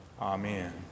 Amen